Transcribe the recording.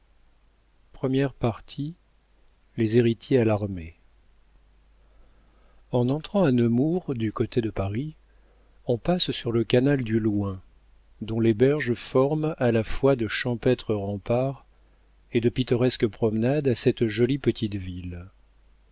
les héritiers alarmés en entrant à nemours du côté de paris on passe sur le canal du loing dont les berges forment à la fois de champêtres remparts et de pittoresques promenades à cette jolie petite ville